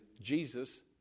Jesus